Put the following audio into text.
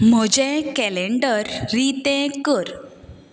म्हजें कॅलेंडर रितें कर